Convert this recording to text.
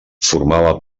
formava